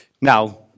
Now